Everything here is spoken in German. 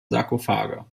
sarkophage